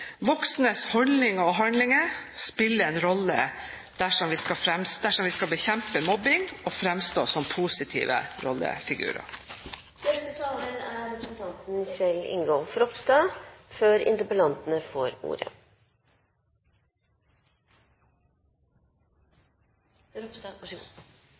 Voksnes holdning og handlinger spiller en rolle dersom vi skal bekjempe mobbing og fremstå som positive